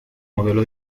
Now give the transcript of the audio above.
modelo